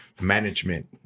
Management